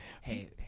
Hey